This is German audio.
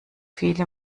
viele